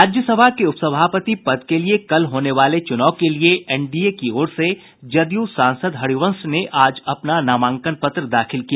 राज्यसभा के उपसभापति पद के लिये कल होने वाले चुनाव के लिये एनडीए की ओर से जदयू सांसद हरिवंश ने आज अपना नामांकन पत्र दाखिल किया